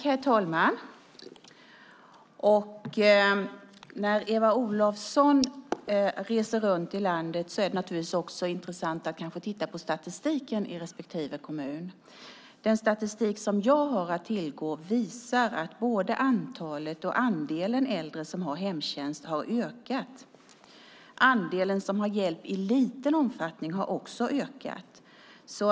Herr talman! När Eva Olofsson reser runt i landet kan det kanske vara intressant att även titta på statistiken i respektive kommun. Den statistik som jag har att tillgå visar att både antalet och andelen äldre som har hemtjänst har ökat. Andelen som har hjälp i liten omfattning har också ökat.